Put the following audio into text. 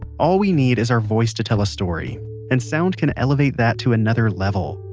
all we need is our voice to tell a story and sound can elevate that to another level.